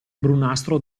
brunastro